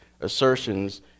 assertions